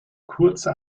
kurze